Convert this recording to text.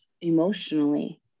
emotionally